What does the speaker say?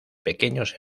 pequeños